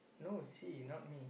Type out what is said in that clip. no it's he not me